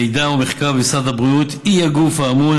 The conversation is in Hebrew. מידע ומחקר במשרד הבריאות היא הגוף האמון